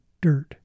dirt